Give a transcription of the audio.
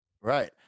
Right